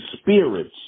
spirits